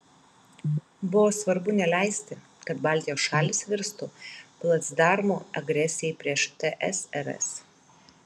buvo svarbu neleisti kad baltijos šalys virstų placdarmu agresijai prieš tsrs